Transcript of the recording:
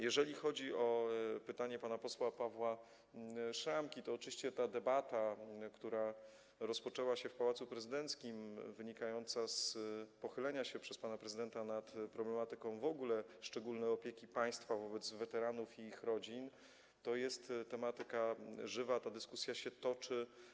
Jeżeli chodzi o pytanie pana posła Pawła Szramki, to oczywiście debata, która rozpoczęła się w Pałacu Prezydenckim, wynikająca z pochylenia się przez pana prezydenta nad problematyką szczególnej opieki państwa wobec weteranów i ich rodzin w ogóle, to jest tematyka żywa, ta dyskusja się toczy.